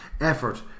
effort